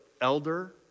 elder